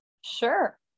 Sure